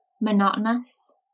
monotonous